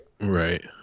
right